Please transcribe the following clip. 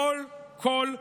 כל קול שווה.